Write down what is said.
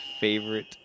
Favorite